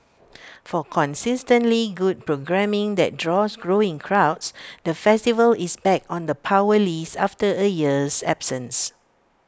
for consistently good programming that draws growing crowds the festival is back on the power list after A year's absence